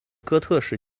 哥特式